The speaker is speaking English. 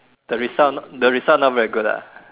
the result not the result not very good ah